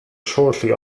shortly